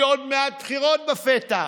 כי עוד מעט בחירות בפתח,